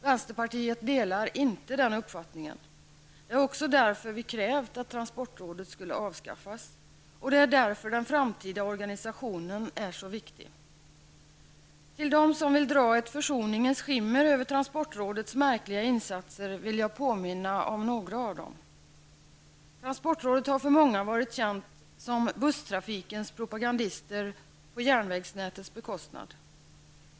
Vänsterpartiet delar inte den uppfattningen. Det är också därför vi krävt att transportrådet skall avskaffas, och det är därför den framtida organisationen är så viktig. Till dem som vill dra ett försoningens skimmer över transportrådets märkliga insatser vill jag påminna om några av dem. Transportrådet har för många Transportrådet Transportrådet varit känt som busstrafikens propagandist på järnvägsnätets bekostnad.